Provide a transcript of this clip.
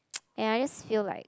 !aiya! I just feel like